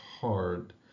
hard